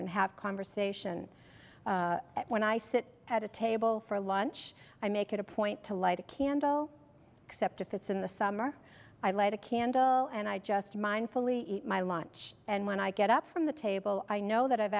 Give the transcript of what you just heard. and have conversation when i sit at a table for lunch i make it a point to light a candle except if it's in the summer i light a candle and i just mindfully eat my lunch and when i get up from the table i know that i've